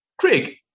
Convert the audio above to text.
Craig